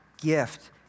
gift